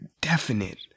definite